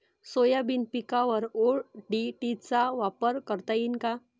Soybean पिकावर ODT चा वापर करता येईन का?